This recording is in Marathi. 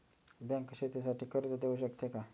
बँक शेतीसाठी कर्ज देऊ शकते का?